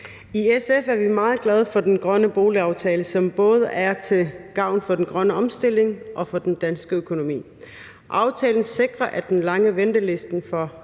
I SF er vi meget glade for den grønne boligaftale, som er til gavn for både den grønne omstilling og den danske økonomi. Aftalen sikrer, at den lange venteliste for